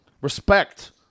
Respect